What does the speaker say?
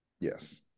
Yes